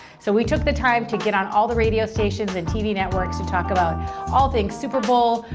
so we took the time to get on all the radio stations and tv networks to talk about all things super bowl,